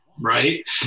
right